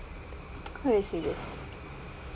how do I say this